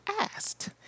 asked